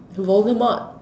the Voldemort